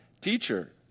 Teacher